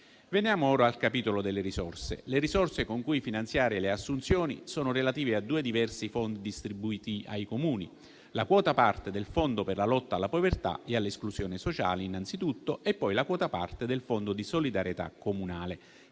Veniamo ora al capitolo delle risorse: quelle con cui finanziare le assunzioni sono relative a due diversi fondi distribuiti ai Comuni, la quota parte del Fondo per la lotta alla povertà e all'esclusione sociale, innanzi tutto, e poi la quota parte del Fondo di solidarietà comunale,